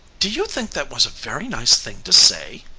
do you think that was a very nice thing to say?